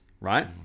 Right